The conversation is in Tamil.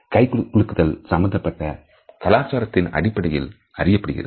கை குலுக்குதல் சம்பந்தப்பட்ட கலாச்சார அடிப்படையில் அறியப்படுகிறது